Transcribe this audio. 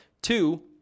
Two